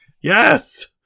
Yes